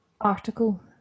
article